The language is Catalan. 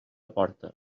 porta